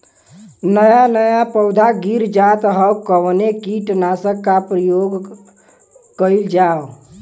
नया नया पौधा गिर जात हव कवने कीट नाशक क प्रयोग कइल जाव?